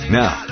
now